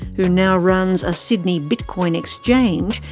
who now runs a sydney bitcoin exchange,